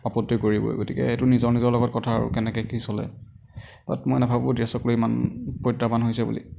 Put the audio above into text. আপত্তি কৰিবই গতিকে সেইটো নিজৰ নিজৰ লগত কথা আৰু কেনেকৈ কি চলে বাত মই নাভাবোঁ ড্ৰেচক লৈ ইমান প্ৰত্যাহ্বান হৈছে বুলি